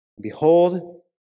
Behold